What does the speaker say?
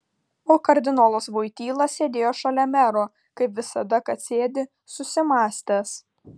o kardinolas voityla sėdėjo šalia mero kaip visada kad sėdi susimąstęs